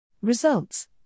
Results